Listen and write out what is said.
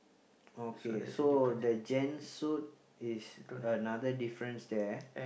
okay so the gent suit is another difference there